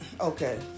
okay